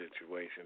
situation